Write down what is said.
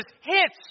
hits